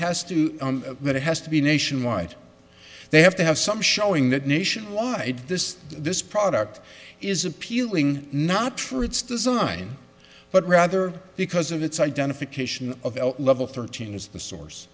has to be that it has to be nationwide they have to have some showing that nationwide this this product is appeal not for its design but rather because of its identification of level thirteen as the source